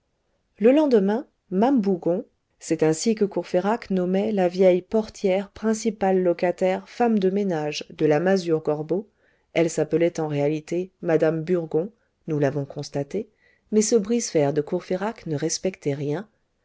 le lendemain mame bougon c'est ainsi que courfeyrac nommait la vieille portière principale locataire femme de ménage de la masure gorbeau elle s'appelait en réalité madame burgon nous l'avons constaté mais ce brise fer de courfeyrac ne respectait rien